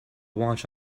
watch